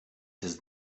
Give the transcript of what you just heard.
his